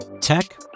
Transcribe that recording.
Tech